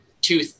two